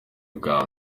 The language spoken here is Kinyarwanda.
bwa